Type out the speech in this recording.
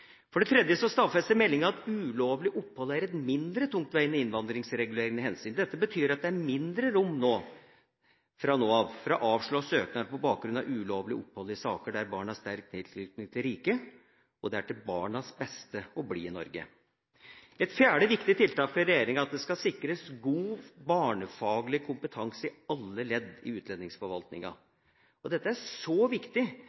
For det tredje stadfester meldinga at ulovlig opphold er et mindre tungtveiende innvandringsregulerende hensyn. Dette betyr at det er mindre rom fra nå av for å avslå søknader på bakgrunn av ulovlig opphold i saker der barna har sterk tilknytning til riket, og det er til barnas beste å bli i Norge. Et fjerde viktig tiltak fra regjeringa er at det skal sikres god, barnefaglig kompetanse i alle ledd i utlendingsforvaltninga. Dette er viktig